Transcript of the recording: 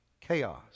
chaos